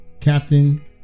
captain